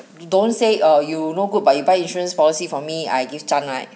you don't say ah you no good but you buy insurance policy from me I give chance right